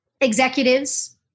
executives